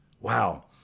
Wow